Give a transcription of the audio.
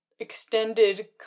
Extended